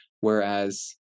whereas